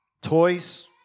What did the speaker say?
Toys